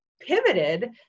pivoted